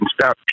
Stop